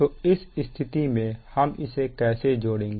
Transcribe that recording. तो इस स्थिति में हम इसे कैसे जोड़ेंगे